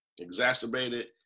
exacerbated